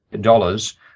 dollars